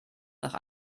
nach